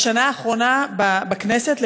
שבשנה האחרונה בכנסת,